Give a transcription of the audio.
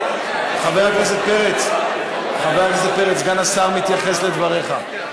חבר הכנסת פרץ, סגן השר מתייחס לדבריך.